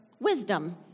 wisdom